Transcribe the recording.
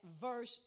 verse